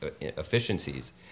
efficiencies